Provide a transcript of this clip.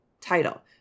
title